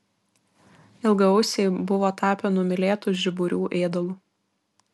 ilgaausiai buvo tapę numylėtu žiburių ėdalu